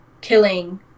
killing